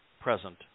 present